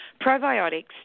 probiotics